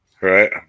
Right